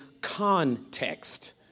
context